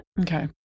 Okay